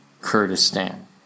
Kurdistan